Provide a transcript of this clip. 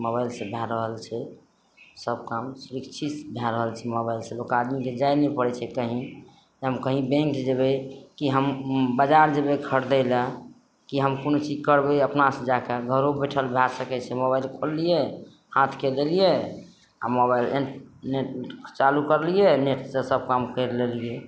मोबाइलसँ भए रहल छै सब काम सुरक्षित भए रहल छै मोबाइलसँ लोक आदमीके जाइ नहि पड़ै छै कहीँ तऽ हम कहीँ बैंक जयबै कि हम बजार जयबै खरदै लए कि हम कोनो चीज करबै अपना से जाए कऽ घरो बैठल भए सकैत छै मोबाइल खोललियै हाथके देलियै आ मोबाइल एह नेट चालू करलियै नेट से सब काम करि लेलियै